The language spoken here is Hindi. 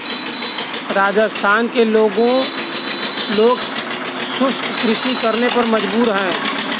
राजस्थान के लोग शुष्क कृषि करने पे मजबूर हैं